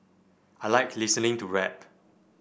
I like listening to rap